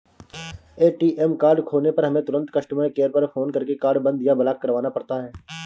ATM card खोने पर हमें तुरंत कस्टमर केयर पर फ़ोन करके कार्ड बंद या ब्लॉक करवाना पड़ता है